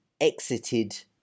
exited